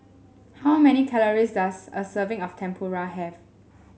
how many calories does a serving of Tempura have